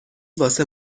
واسه